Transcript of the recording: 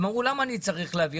הם אמרו למה אני צריך להעביר,